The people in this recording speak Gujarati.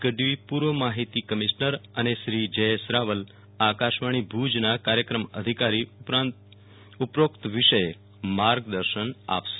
ગઢવી પૂર્વ માહિતી કમિશનર અને શ્રી જ્યેશ રાવલ આકાશવાણી ભુજનાં કાર્યક્રમ અધિકારી ઉપરોકત વિષયે માર્ગદર્શન આપશે